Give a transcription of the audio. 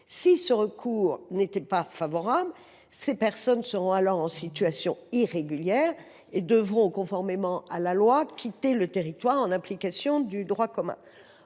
Si ce recours n’est pas favorable, ces personnes seront alors en situation irrégulière et devront, conformément à la loi, quitter le territoire. Pour accompagner